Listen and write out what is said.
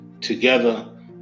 together